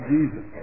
Jesus